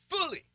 fully